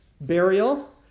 Burial